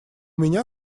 меня